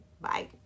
Bye